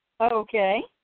Okay